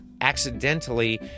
accidentally